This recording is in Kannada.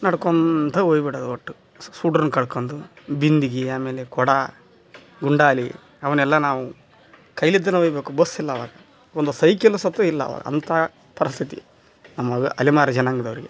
ನಡ್ಕೊಂತಾ ಹೋಯ್ಬಿಡದ್ ಒಟ್ಟು ಸೂಡ್ರನ ಕರ್ಕಂದು ಬಿಂದಿಗಿ ಆಮೇಲೆ ಕೊಡ ಗುಂಡಾಲಿ ಅವನ್ನೆಲ್ಲ ನಾವು ಕೈಲಿದ್ದಲ್ಲೆ ಓಯ್ಬೇಕು ಬಸ್ಸಿಲ್ಲ ಆವಾಗ ಒಂದು ಸೈಕಲ್ ಸತೆ ಇಲ್ಲ ಆವಾಗ ಅಂತ ಪರಿಸ್ಥಿತಿ ನಮಗೆ ಅಲೆಮಾರಿ ಜನಾಂಗ್ದವರಿಗೆ